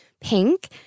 pink